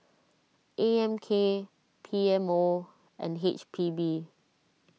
A M K P M O and H P B